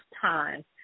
time